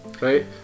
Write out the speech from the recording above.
Right